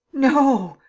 no,